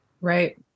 Right